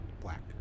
black